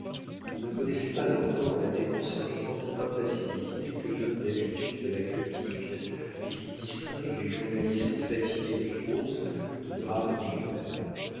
il ne connaissait pas encore la déconcertante impassibilité que donne l'habitude de la critique et qui distingue les journalistes fatigués de prose de drames et de vers